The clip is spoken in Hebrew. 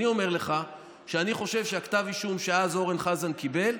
אני אומר לך שאני חושב שכתב האישום שאז אורן חזן קיבל,